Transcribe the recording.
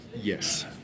Yes